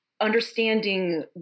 understanding